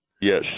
Yes